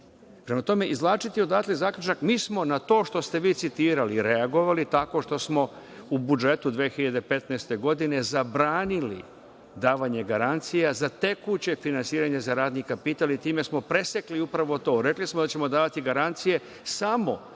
tome, izvlačiti odatle zaključak, mi smo na to što ste vi citirali i reagovali tako što smo u budžetu 2015. godine zabranili davanje garancija za tekuće finansiranje, za radni kapital i time smo presekli upravo to. Rekli smo da ćemo davati garancije samo